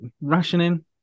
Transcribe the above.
rationing